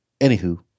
Anywho